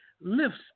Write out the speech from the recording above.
lifts